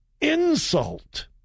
insult